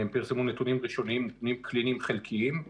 הם פרסמו נתונים ראשוניים קליניים חלקיים.